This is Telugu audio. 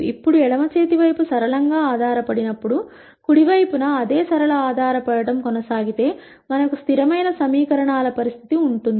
ఇప్పుడు ఎడమ చేతి వైపు సరళంగా ఆధారపడినప్పుడు కుడి వైపున అదే సరళ ఆధారపడటం కొన సాగితే మనకు స్థిరమైన సమీకరణాల పరిస్థితి ఉంటుంది